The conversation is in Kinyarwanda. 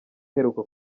iheruka